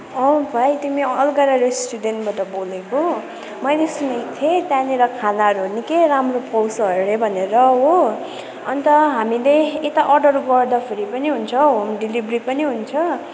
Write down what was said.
भाइ तिमी अलगडा रेस्टुरेन्टबाट बोलेको मैले सुनेको थिएँ त्यहाँनिर खानाहरू निकै राम्रो पाउँछ अरे भनेर हो अन्त हामीले यता अर्डर गर्दाखेरि पनि हुन्छ हो होम डेलिभरी पनि हुन्छ